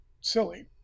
silly